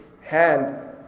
hand